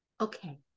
Okay